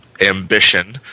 ambition